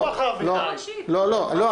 לא.